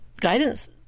guidance